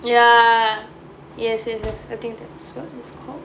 ya yes yes yes I think that's what it's called